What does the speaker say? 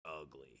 ugly